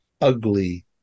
ugly